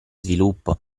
sviluppo